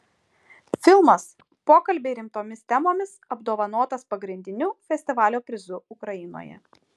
filmas pokalbiai rimtomis temomis apdovanotas pagrindiniu festivalio prizu ukrainoje